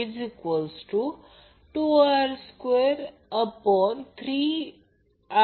तर ते कंडक्टर म्हणजे लांब वायर सिलेंडरने दाखविली जाते